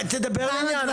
אדוני, תדבר לעניין.